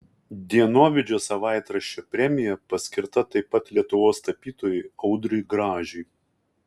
dienovidžio savaitraščio premija paskirta taip pat lietuvos tapytojui audriui gražiui